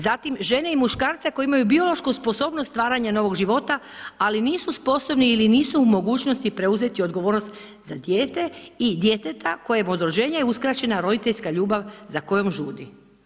Zatim žene i muškarca koji imaju biološku sposobnost stvaranja novog života, ali nisu sposobni ili nisu u mogućnosti preuzeti odgovornost za dijete i djeteta kojem je od rođenja uskraćena roditeljska ljubav za kojom žudi.